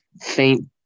faint